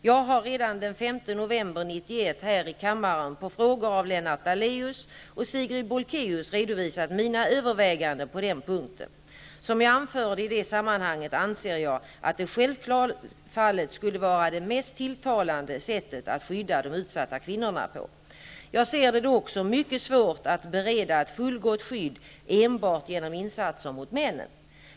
Jag har redan den 5 Lennart Daléus och Sigrid Bolkéus redovisat mina överväganden på den punkten. Som jag anförde i det sammahanget anser jag att det självfallet skulle vara det mest tilltalande sättet att skydda de utsatta kvinnorna. Jag ser det dock som mycket svårt att bereda ett fullgott skydd enbart genom insatser mot männen.